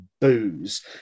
booze